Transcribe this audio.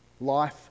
Life